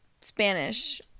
Spanish